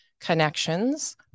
connections